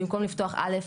במקום לפתוח א',